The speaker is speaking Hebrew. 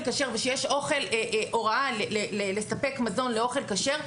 כשר ושיש הוראה לספק מזון לאוכל כשר,